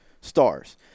stars